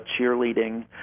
cheerleading